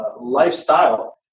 lifestyle